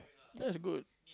that's good